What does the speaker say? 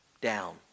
down